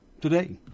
today